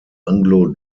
anglo